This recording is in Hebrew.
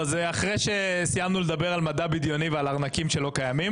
אז אחרי שסיימנו לדבר על מדע בדיוני ועל ארנקים שלא קיימים,